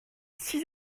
six